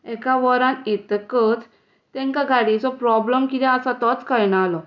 एका वरान येतकच तांकां गाडयेचो प्रॉब्लम कितें आसा तोच कळना जालो